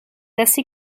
assez